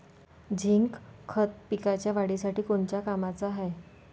Zinc खत पिकाच्या वाढीसाठी कोन्या कामाचं हाये?